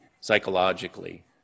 psychologically